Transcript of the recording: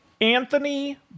Anthony